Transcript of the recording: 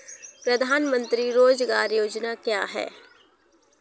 प्रधानमंत्री रोज़गार योजना क्या है?